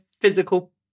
physical